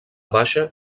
baixa